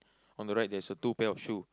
on the right there is a two pair of shoe